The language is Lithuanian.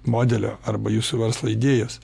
modelio arba jūsų verslo idėjos